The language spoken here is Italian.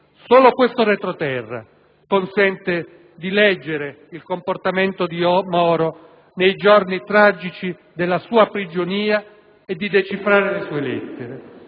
Solo questo retroterra consente di leggere il comportamento di Moro nei giorni tragici della sua prigionia e di decifrare le sue lettere,